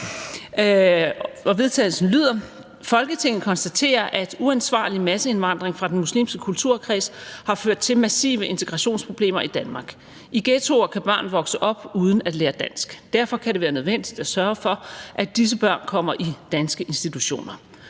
til vedtagelse »Folketinget konstaterer, at uansvarlig masseindvandring fra den muslimske kulturkreds har ført til massive integrationsproblemer i Danmark. I ghettoer kan børn vokse op uden at lære dansk. Derfor kan det være nødvendigt at sørge for, at disse børn kommer i danske institutioner.